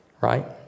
right